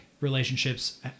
relationships